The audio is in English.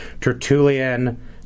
Tertullian